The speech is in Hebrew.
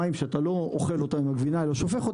המים שאתה לא אוכל עם הגבינה אלא שופך,